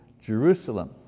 Jerusalem